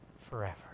forever